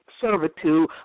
servitude